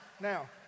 Now